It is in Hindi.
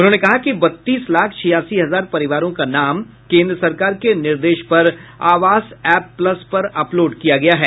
उन्होने कहा कि बत्तीस लाख छियासी हजार परिवारों का नाम केंद्र सरकार के निर्देश पर आवास एप प्लस पर अपलोड किया गया है